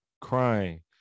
crying